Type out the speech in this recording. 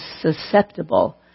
susceptible